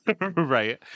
Right